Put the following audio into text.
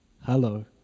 Hello